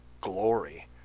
glory